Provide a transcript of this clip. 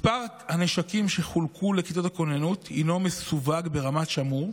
מספר הנשקים שחולקו לכיתות הכוננות מסווג ברמת שמור,